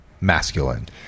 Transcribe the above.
masculine